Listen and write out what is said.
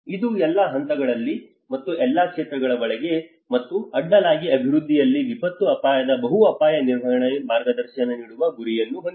ಇದು ಎಲ್ಲಾ ಹಂತಗಳಲ್ಲಿ ಮತ್ತು ಎಲ್ಲಾ ಕ್ಷೇತ್ರಗಳ ಒಳಗೆ ಮತ್ತು ಅಡ್ಡಲಾಗಿ ಅಭಿವೃದ್ಧಿಯಲ್ಲಿ ವಿಪತ್ತು ಅಪಾಯದ ಬಹು ಅಪಾಯ ನಿರ್ವಹಣೆಗೆ ಮಾರ್ಗದರ್ಶನ ನೀಡುವ ಗುರಿಯನ್ನು ಹೊಂದಿದೆ